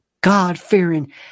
God-fearing